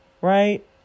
right